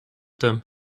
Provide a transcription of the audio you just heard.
them